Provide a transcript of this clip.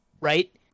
Right